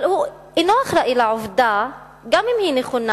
אבל הוא אינו אחראי לעובדה, גם אם היא נכונה,